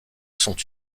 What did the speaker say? sont